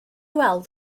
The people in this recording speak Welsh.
weld